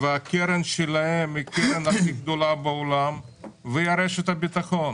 והקרן שלהם היא הקרן הכי גדולה בעולם והיא רשת הביטחון.